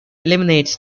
eliminates